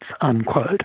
unquote